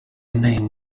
name